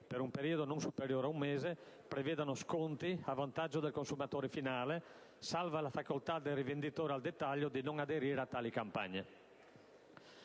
per un periodo non superiore ad un mese, prevedano sconti a vantaggio del consumatore finale, salva la facoltà del rivenditore al dettaglio di non aderire a tali campagne.